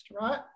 right